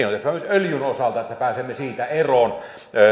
öljyn osalta että pääsemme siitä eroon